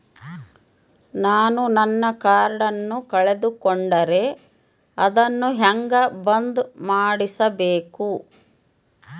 ನಾನು ನನ್ನ ಕಾರ್ಡನ್ನ ಕಳೆದುಕೊಂಡರೆ ಅದನ್ನ ಹೆಂಗ ಬಂದ್ ಮಾಡಿಸಬೇಕು?